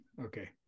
Okay